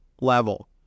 level